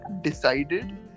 decided